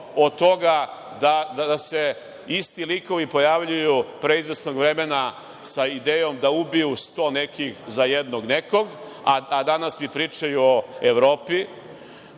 od toga da se isti likovi pojavljuju, pre izvesnog vremena sa idejom da ubiju 100 nekih za jednog nekog, a danas mi pričaju o Evropi,